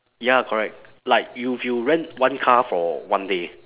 ya correct like if you rent one car for one day